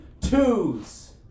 twos